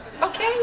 okay